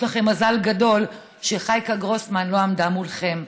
יש לכם מזל גדול שחייקה גרוסמן לא עמדה מולכם.